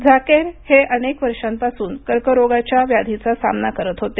झाकीर हे अनेक वर्षापासून कर्करोगाच्या व्याधीचा सामना करत होते